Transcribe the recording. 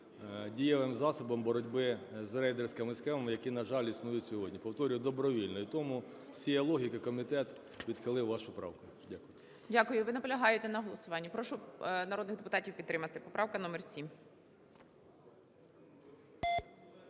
дієвим засобом боротьби з рейдерськими схемами, які, на жаль, існують сьогодні. Повторюю, добровільне. І тому з цієї логіки комітет відхилив вашу правку. Дякую. ГОЛОВУЮЧИЙ. Дякую. Ви наполягаєте на голосуванні? Прошу народних депутати підтримати, поправка номер 7.